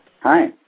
Hi